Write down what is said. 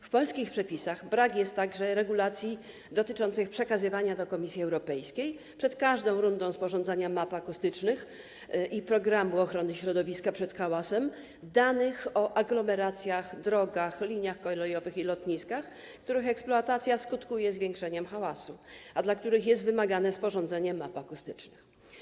W polskich przepisach brak jest także regulacji dotyczących przekazywania do Komisji Europejskiej przed każdą rundą sporządzania map akustycznych i programu ochrony środowiska przed hałasem danych o aglomeracjach, drogach, liniach kolejowych i lotniskach, których eksploatacja skutkuje zwiększeniem hałasu, a dla których jest wymagane sporządzenie map akustycznych.